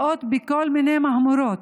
מלאים בכל מיני מהמורות,